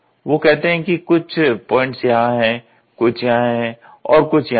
वो कहते हैं कि कुछ पॉइंट्स यहां हैं कुछ यहां हैं और कुछ यहां हैं